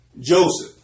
Joseph